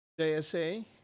JSA